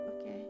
Okay